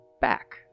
back